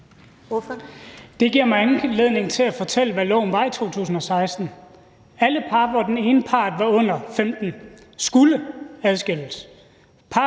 Det giver mig anledning til at fortælle, hvad loven var i 2016: Alle par, hvor den ene part var under 15 år, skulle adskilles.